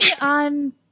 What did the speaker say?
on